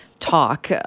talk